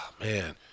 Man